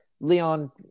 leon